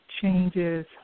changes